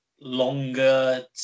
longer